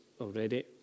already